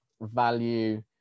value